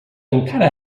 encara